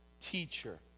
teacher